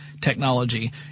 technology